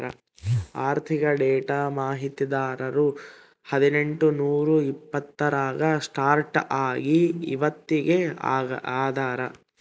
ಆರ್ಥಿಕ ಡೇಟಾ ಮಾಹಿತಿದಾರರು ಹದಿನೆಂಟು ನೂರಾ ಎಪ್ಪತ್ತರಾಗ ಸ್ಟಾರ್ಟ್ ಆಗಿ ಇವತ್ತಗೀ ಅದಾರ